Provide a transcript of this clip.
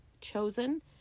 chosen